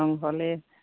ৰংঘৰলৈ